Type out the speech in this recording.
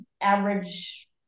average